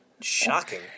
Shocking